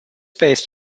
based